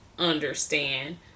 understand